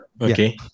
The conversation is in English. Okay